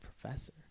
professor